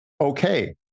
okay